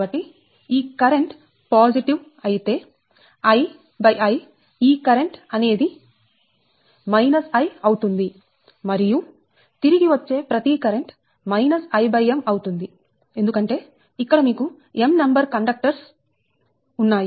కాబట్టి ఈ current positive అయితే II ఈ కరెంట్ అనేది I అవుతుంది మరియు తిరిగి వచ్చే ప్రతీ కరెంట్ Im అవుతుంది ఎందుకంటే ఇక్కడ మీకు m నంబర్ కండక్టర్స్ ఉన్నాయి